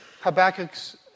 Habakkuk's